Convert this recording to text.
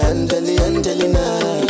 Angelina